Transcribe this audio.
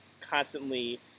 constantly